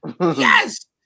Yes